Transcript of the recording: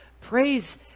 Praise